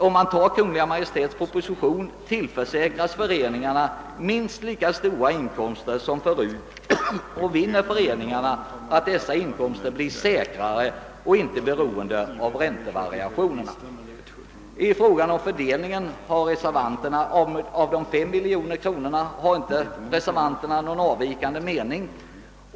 Om propositionen bifalles tillförsäkras föreningarna minst lika stora inkomster som tidigare och vinner den fördelen att dessa inkomster blir säk rare och oberoende av räntevariationerna. I fråga om fördelningen av bidragen har reservanterna inte någon från motionärerna avvikande mening.